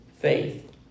faith